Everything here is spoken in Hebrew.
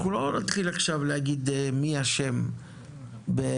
אנחנו לא נתחיל עכשיו להגיד מי אשם בעיכובים,